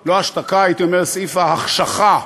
לא ההשתקה, הייתי אומר "סעיף ההחשכה",